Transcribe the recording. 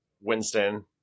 Winston